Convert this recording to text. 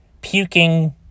puking